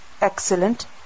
excellent